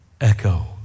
Echo